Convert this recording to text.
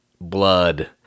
blood